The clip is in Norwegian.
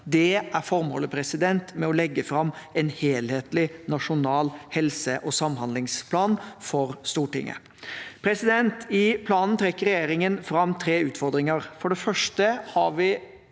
Det er formålet med å legge fram en helhetlig nasjonal helse- og samhandlingsplan for Stortinget. I planen trekker regjeringen fram tre utfordringer. For det første har vi